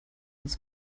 uns